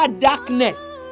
darkness